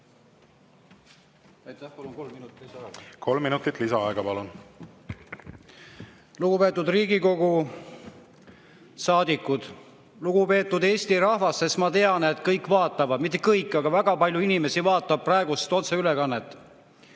Lugupeetud Riigikogu saadikud! Lugupeetud Eesti rahvas! Ma tean, et kõik vaatavad, no mitte kõik, aga väga palju inimesi vaatab praegu otseülekannet.